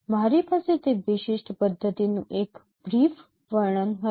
મારી પાસે તે વિશિષ્ટ પદ્ધતિનું એક BRIEF વર્ણન હશે